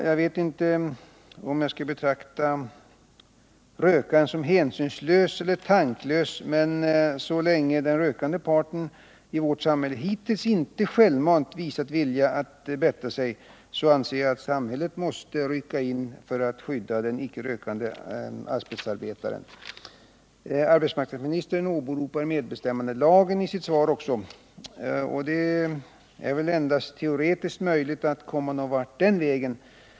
Jag vet inte om jag skall betrakta rökaren som hänsynslös eller tanklös, men så länge den rökande parten i vårt samhälle hittills inte självmant har visat vilja att bättra sig, anser jag att samhället måste rycka in för att skydda den icke rökande asbestarbetaren. Arbetsmarknadsministern åberopar också medbestämmandelagen i sitt svar. Det är väl ändå endast teoretiskt möjligt att komma någon vart den vägen.